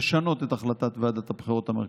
לשנות את החלטת ועדת הבחירות המרכזית.